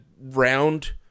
round